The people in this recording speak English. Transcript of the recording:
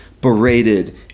berated